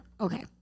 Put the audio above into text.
Okay